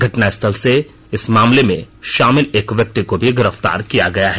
घटनास्थल से इस मामले में शामिल एक व्यक्ति को भी गिरफ्तार किया गया है